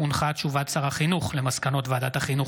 הודעת שר החינוך על מסקנות ועדת החינוך,